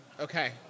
Okay